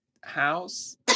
house